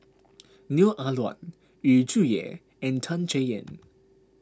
Neo Ah Luan Yu Zhuye and Tan Chay Yan